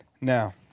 now